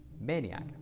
maniac